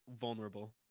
vulnerable